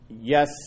yes